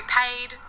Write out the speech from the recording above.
paid